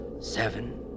seven